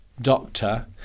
doctor